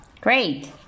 Great